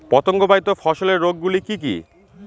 পতঙ্গবাহিত ফসলের রোগ গুলি কি কি?